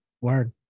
Word